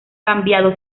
cambiado